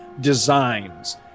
designs